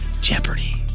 Jeopardy